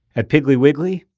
at piggly wiggly,